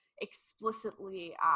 explicitly